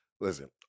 Listen